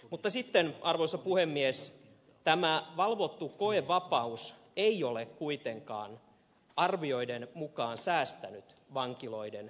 mutta sitten arvoisa puhemies tämä valvottu koevapaus ei ole kuitenkaan arvioiden mukaan säästänyt vankiloiden voimavaroja